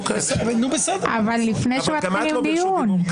לפני שמתחילים דיון.